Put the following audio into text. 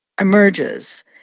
emerges